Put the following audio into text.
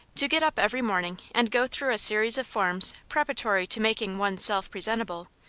to get up every morning and go through a series of forms preparatory to making one's self pre sentable,